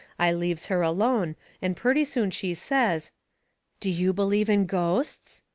i leaves her alone and purty soon she says do you believe in ghosts?